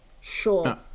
sure